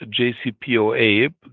JCPOA